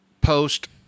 Post